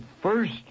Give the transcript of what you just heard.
first